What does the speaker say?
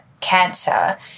cancer